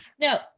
no